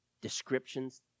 descriptions